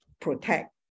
protect